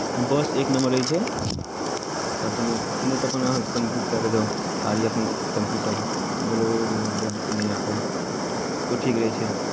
बस एक नंबर रहै छै सभसँ नीक नहि तऽ अपन अहाँ अपन बुक कए कऽ जाउ गाड़ी अपन टेम्पूसभ बोलेरो उलेरो जे बुक कयनाइ यए अहाँकेँ ओ ठीक रहै छै